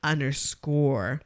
Underscore